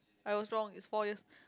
I was wrong it's four years